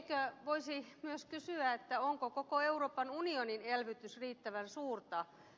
eikö voisi myös kysyä onko koko euroopan unionin elvytys riittävän suurta